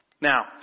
Now